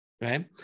Right